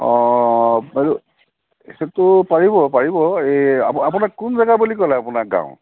অঁ বাইদেউ সেইটো পাৰিব পাৰিব এই আপোনাক কোন জেগা বুলি ক'লে আপোনাৰ গাঁও